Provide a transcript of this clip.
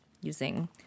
using